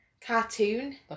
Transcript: cartoon